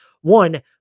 one